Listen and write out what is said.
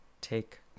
take